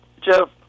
Jeff